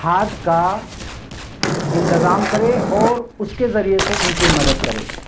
کھاد کا انتظام کرے اور اس کے ذریعے سے ان کی مدد کرے